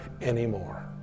anymore